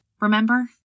Remember